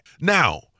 Now